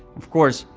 of course,